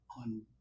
on